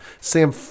Sam